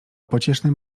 pociesznym